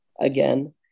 again